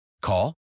Call